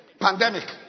Pandemic